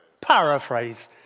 Paraphrase